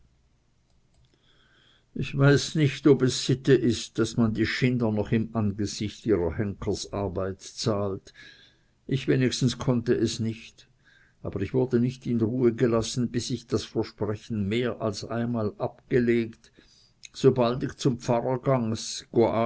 ich weiß nicht ob es sitte ist daß man die schinder noch im angesicht ihrer henkerarbeit zahlt ich wenigstens konnte es nicht aber ich wurde nicht in ruhe gelassen bis ich das versprechen mehr als einmal abgelegt sobald ich zum